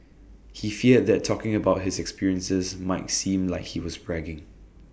he feared that talking about his experiences might seem like he was bragging